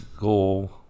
goal